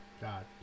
God